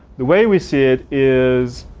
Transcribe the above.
the way we see it is